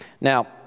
Now